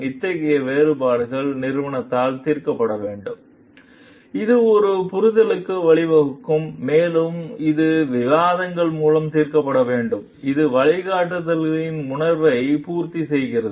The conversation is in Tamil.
இத்தகைய வேறுபாடுகள் நிறுவனத்தால் தீர்க்கப்பட வேண்டும் இது ஒரு புரிதலுக்கு வழிவகுக்கும் மேலும் இது விவாதங்கள் மூலம் தீர்க்கப்பட வேண்டும் இது வழிகாட்டுதல்களின் உணர்வை பூர்த்தி செய்கிறது